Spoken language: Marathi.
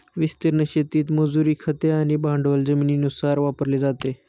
विस्तीर्ण शेतीत मजुरी, खते आणि भांडवल जमिनीनुसार वापरले जाते